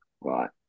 right